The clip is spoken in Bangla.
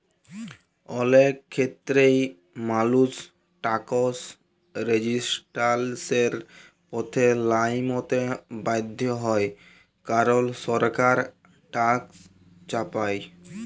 অলেক খ্যেত্রেই মালুস ট্যাকস রেজিসট্যালসের পথে লাইমতে বাধ্য হ্যয় কারল সরকার ট্যাকস চাপায়